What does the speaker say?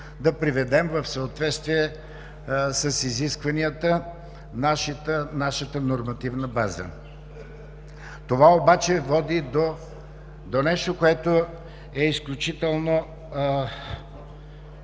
да приведем в съответствие с изискванията нашата нормативна база. Това обаче води до нещо, което е изключително,